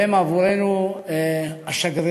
והם עבורנו השגרירים,